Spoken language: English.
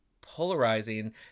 polarizing